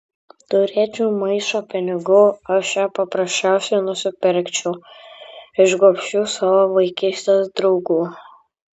turėčiau maišą pinigų aš ją paprasčiausiai nusipirkčiau iš gobšių savo vaikystės draugų